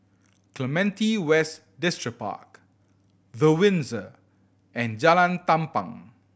Clementi West Distripark The Windsor and Jalan Tampang